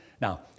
Now